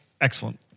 Excellent